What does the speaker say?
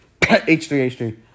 H3H3